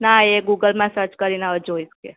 ના એ ગૂગલમાં સર્ચ કરીને હવે જોઇશ કે